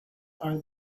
are